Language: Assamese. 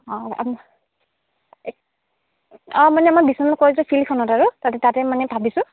অঁ অঁ মানে আমাৰ বিশ্বনাথ কলেজৰ ফিল্ডখনত আৰু তাতে তাতে মানে ভাবিছোঁ